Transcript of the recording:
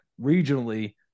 regionally